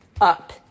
up